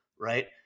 right